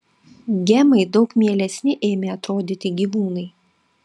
gemai daug mielesni ėmė atrodyti gyvūnai